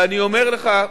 אני אומר לך,